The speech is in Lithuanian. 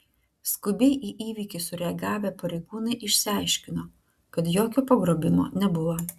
skubiai į įvykį sureagavę pareigūnai išsiaiškino kad jokio pagrobimo nebuvo